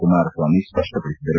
Kumaraswamy ಸ್ಪಷ್ಟವಡಿಸಿದರು